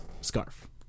scarf